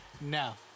No